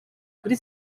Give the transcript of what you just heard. kuri